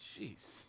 Jeez